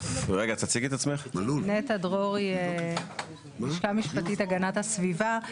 נטע דרור לשכה משפטית הגנת הסביבה,